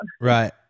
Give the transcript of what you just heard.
Right